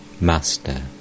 Master